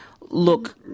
Look